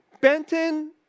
Benton